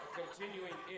continuing